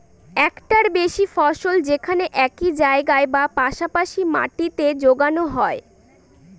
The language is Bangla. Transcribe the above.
একটার বেশি ফসল যেখানে একই জায়গায় বা পাশা পাশি মাটিতে যোগানো হয়